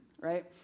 right